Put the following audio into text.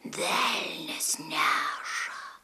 velnias neša